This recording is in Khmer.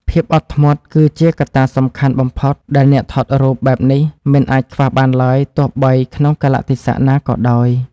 ភាពអត់ធ្មត់គឺជាកត្តាសំខាន់បំផុតដែលអ្នកថតរូបបែបនេះមិនអាចខ្វះបានឡើយទោះក្នុងកាលៈទេសៈណាក៏ដោយ។